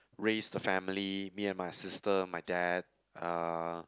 raise the family me and my sister my dad uh